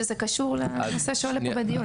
צריך לוותר לכולם על אותם 500 ₪,